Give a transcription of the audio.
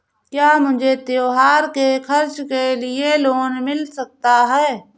क्या मुझे त्योहार के खर्च के लिए लोन मिल सकता है?